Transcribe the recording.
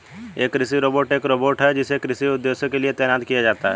एक कृषि रोबोट एक रोबोट है जिसे कृषि उद्देश्यों के लिए तैनात किया जाता है